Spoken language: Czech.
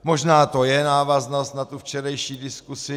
Možná to je návaznost na tu včerejší diskusi.